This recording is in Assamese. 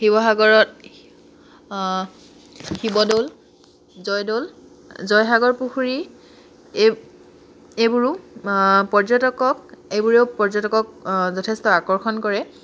শিৱসাগৰত শিৱদৌল জয়দৌল জয়সাগৰ পুখুৰী এই এইবোৰো পৰ্যটকক এইবোৰেও পৰ্যটকক যথেষ্ট আকৰ্ষণ কৰে